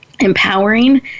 empowering